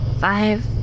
Five